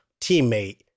teammate